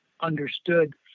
understood